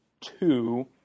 two